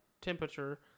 temperature